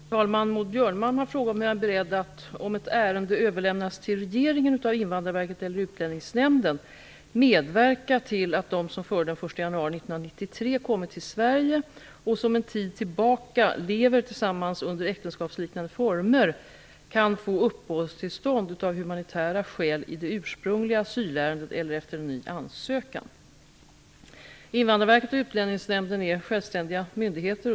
Herr talman! Maud Björnemalm har frågat mig om jag är beredd att, om ett ärende överlämnas till regeringen av Invandrarverket eller Utlänningsnämnden, medverka till att de som före den 1 januari 1993 kommit till Sverige och som en tid tillbaka lever tillsammans under äktenskapsliknande former kan få uppehållstillstånd av humanitära skäl i det ursprungliga asylärendet eller efter en ny ansökan. Invandrarverket och Utlänningsnämnden är självständiga myndigheter.